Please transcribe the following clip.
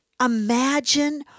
imagine